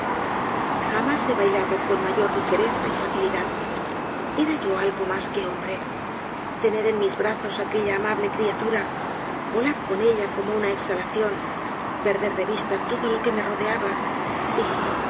jamás he bailado con mayor ligereza y facilidad era yo algo mas que hombre tener en mis brazos aquella amable criatura volar con ella como una exhalación perder de vista todo lo q u e m e rodeaba y